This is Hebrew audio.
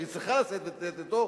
או שהיא צריכה לשאת ולתת אתו,